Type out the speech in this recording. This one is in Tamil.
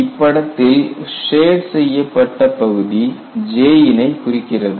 இப்படத்தில் ஷேட் செய்யப்பட்ட பகுதி J யினை குறிக்கிறது